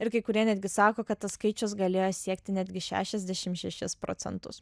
ir kai kurie netgi sako kad tas skaičius galėjo siekti netgi šešiasdešim šešis procentus